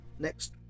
next